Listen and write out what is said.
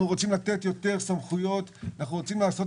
אנחנו רוצים לתת יותר סמכויות ולהפוך את